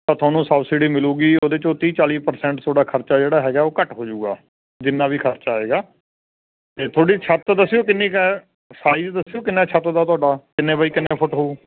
ਤਾਂ ਤੁਹਾਨੂੰ ਸਬਸਿਟੀ ਮਿਲੂਗੀ ਉਹਦੇ 'ਚੋਂ ਤੀਹ ਚਾਲੀ ਪਰਸੈਂਟ ਤੁਹਾਡਾ ਖ਼ਰਚਾ ਜਿਹੜਾ ਹੈਗਾ ਉਹ ਘੱਟ ਹੋ ਜੂਗਾ ਜਿੰਨਾ ਵੀ ਖ਼ਰਚਾ ਆਏਗਾ ਅਤੇ ਤੁਹਾਡੀ ਛੱਤ ਦੱਸਿਓ ਕਿੰਨੀ ਕੁ ਹੈ ਸਾਈਜ਼ ਦੱਸਿਓ ਕਿੰਨਾ ਛੱਤ ਦਾ ਤੁਹਾਡਾ ਕਿੰਨੇ ਬਾਈ ਕਿੰਨੇ ਫੁੱਟ ਹੋਊ